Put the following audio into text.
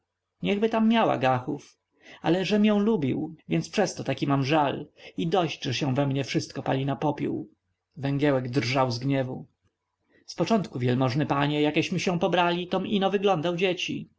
niechby tam miała gachów ale żem ją lubił więc przez to taki mam żal i złość że się we mnie wszystko pali na popiół węgielek drżał z gniewu zpoczątku wielmożny panie jakeśmy się pobrali tom ino wyglądał dzieci